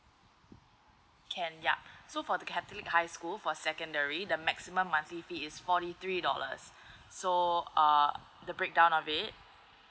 can ya so for the catholic high school for secondary the maximum monthly fee is forty three dollars so uh the breakdown of it